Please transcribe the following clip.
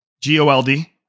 G-O-L-D